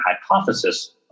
hypothesis